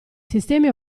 sistemi